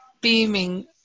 beaming